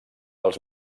als